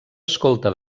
escolta